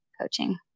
coaching